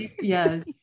yes